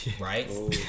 Right